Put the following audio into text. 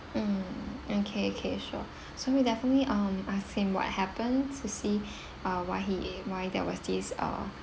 mm okay okay sure so we'll definitely um ask him what happened to see uh why he why there was this uh